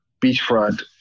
beachfront